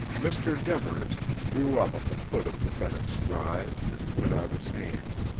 mr. demarest drew up at the foot of the bennetts' drive and put out his hand.